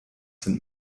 sind